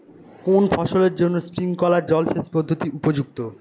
কোন ফসলের জন্য স্প্রিংকলার জলসেচ পদ্ধতি উপযুক্ত?